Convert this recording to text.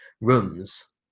rooms